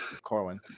Corwin